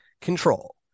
control